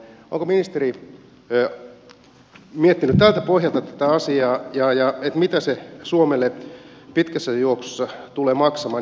onko ministeri miettinyt tältä pohjalta tätä asiaa mitä se suomelle pitkässä juoksussa tulee maksamaan